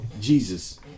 Jesus